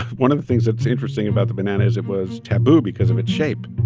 one of the things that's interesting about the banana is it was taboo because of its shape.